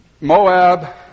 Moab